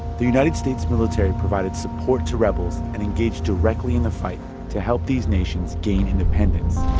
the united states military provided support to rebels and engaged directly and the fight to help these nations gain independence